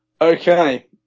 Okay